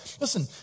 Listen